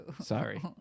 Sorry